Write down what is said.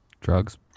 Drugs